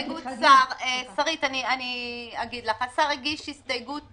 ארבל, אין לי סמכות